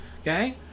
Okay